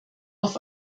auf